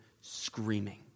screaming